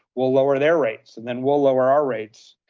will lower their rates and then we'll lower our rates.